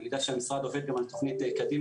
אני יודע שהמשרד עובד גם על תוכנית קדימה